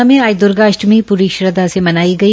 हरियाणा में आज दूर्गा आष्टमी पूरी श्रद्धा से मनाई गई